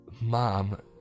Mom